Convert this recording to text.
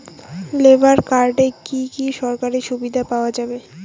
Labour কার্ডে কি কি সরকারি সুবিধা পাওয়া যাবে?